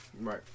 Right